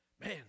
Man